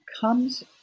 comes